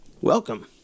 welcome